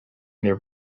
their